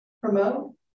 promote